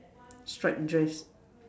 striped dress